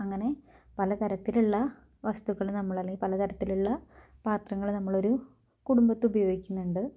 അങ്ങനെ പല തരത്തിലുള്ള വസ്തുക്കള് നമ്മൾ അല്ലെങ്കിൽ പല തരത്തിലുള്ള പാത്രങ്ങള് നമ്മളൊരു കുടുംബത്ത് ഉപയോഗിക്കുന്നുണ്ട്